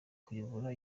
kuyobora